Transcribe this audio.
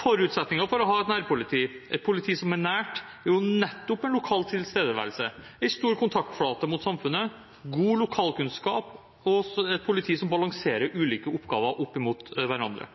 Forutsetningen for å ha et nærpoliti – et politi som er nært – er jo nettopp en lokal tilstedeværelse, en stor kontaktflate mot samfunnet, god lokalkunnskap og et politi som balanserer ulike oppgaver opp mot hverandre.